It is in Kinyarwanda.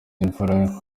imfura